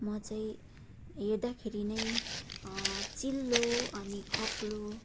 म चाहिँ हेर्दाखेरि नै चिल्लो अनि अग्लो